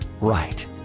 right